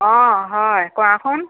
অঁ হয় কোৱাচোন